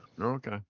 Okay